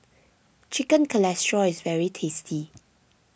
Chicken Casserole is very tasty